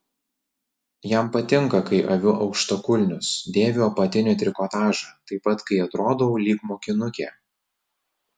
jam patinka kai aviu aukštakulnius dėviu apatinį trikotažą taip pat kai atrodau lyg mokinukė